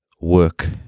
work